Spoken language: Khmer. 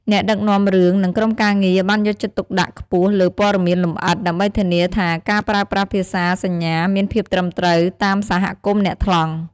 អ្នកដឹកនាំរឿង និងក្រុមការងារបានយកចិត្តទុកដាក់ខ្ពស់លើព័ត៌មានលម្អិត ដើម្បីធានាថាការប្រើប្រាស់ភាសាសញ្ញាមានភាពត្រឹមត្រូវ តាមសហគមន៍អ្នកថ្លង់ ។